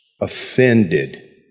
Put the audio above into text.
offended